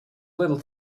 little